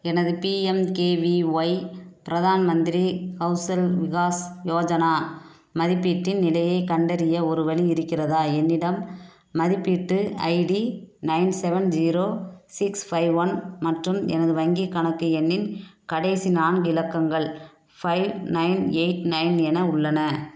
எனது பிஎம்கேவிஒய் பிரதான் மந்திரி கௌசல் விகாஸ் யோஜனா மதிப்பீட்டின் நிலையைக் கண்டறிய ஒரு வழி இருக்கிறதா என்னிடம் மதிப்பீட்டு ID nine seven zero six five one மற்றும் எனது வங்கிக் கணக்கு எண்ணின் கடைசி நான்கு இலக்கங்கள் ஃபைவ் நைன் எயிட் நைன் என உள்ளன